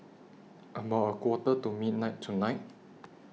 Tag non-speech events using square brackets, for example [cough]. [noise] about A Quarter to midnight tonight [noise]